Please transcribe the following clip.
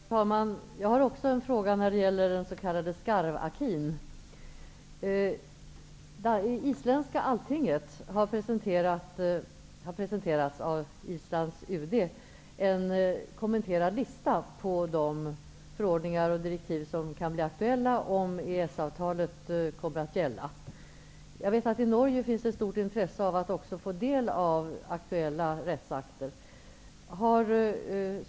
Herr talman! Jag har också en fråga som gäller den s.k. skarv-acquis. Det isländska alltinget har av isländska UD presenterats en kommenterad lista över de förordningar och direktiv som kan bli aktuella om EES-avtalet kommer att gälla. Jag vet att det i Norge också finns ett stort intresse av att få del av aktuella rättsakter.